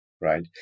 right